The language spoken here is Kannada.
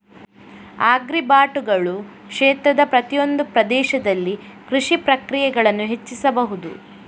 ಆಗ್ರಿಬಾಟುಗಳು ಕ್ಷೇತ್ರದ ಪ್ರತಿಯೊಂದು ಪ್ರದೇಶದಲ್ಲಿ ಕೃಷಿ ಪ್ರಕ್ರಿಯೆಗಳನ್ನು ಹೆಚ್ಚಿಸಬಹುದು